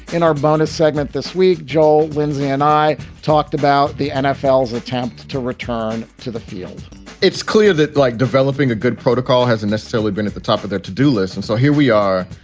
in our bonus segment this week, joel lindsay and i talked about the nfl attempt to return to the field it's clear that, like developing a good protocol hasn't necessarily been at the top of their to do list and so here we are,